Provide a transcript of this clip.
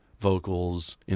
vocals